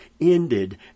ended